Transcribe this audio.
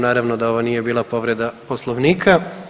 Naravno da ovo nije bila povreda Poslovnika.